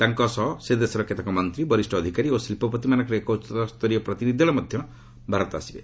ତାଙ୍କ ସହ ସେ ଦେଶର କେତେକ ମନ୍ତ୍ରୀ ବରିଷ୍ଠ ଅଧିକାରୀ ଓ ଶିଳ୍ପପତିମାନଙ୍କର ଏକ ଉଚ୍ଚସ୍ତରୀୟ ପ୍ରତିନିଧି ଦଳ ମଧ୍ୟ ଭାରତ ଆସିବେ